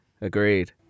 Agreed